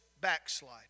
backslide